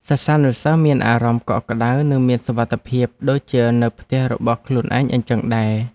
សិស្សានុសិស្សមានអារម្មណ៍កក់ក្តៅនិងមានសុវត្ថិភាពដូចជានៅផ្ទះរបស់ខ្លួនឯងអញ្ចឹងដែរ។